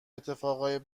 اتفاقای